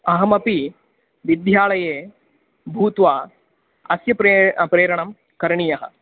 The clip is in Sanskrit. अहमपि विध्याळलये भूत्वा अस्य प्रेरणं प्रेरणं करणीयं